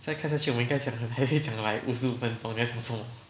现在开始下去我们应该很 应该讲 like 五十五分钟你要讲什么